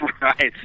Right